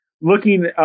looking